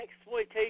exploitation